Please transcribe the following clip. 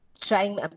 trying